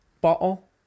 bottle